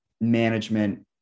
Management